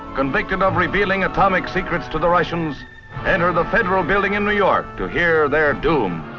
convicted of revealing atomic secrets to the russians and the federal building in new york to hear their doom